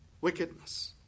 wickedness